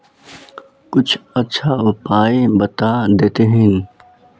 कुछ अच्छा उपाय बता देतहिन?